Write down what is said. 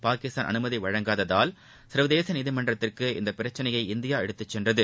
பாகிஸ்தான் அனுமதி வழங்காததால் சர்வதேச நீதிமன்றத்திற்கு இந்த பிரச்சனையை இந்தியா எடுத்துச்சென்றது